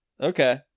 okay